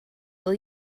will